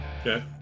Okay